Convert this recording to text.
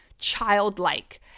childlike